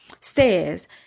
says